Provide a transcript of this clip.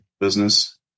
business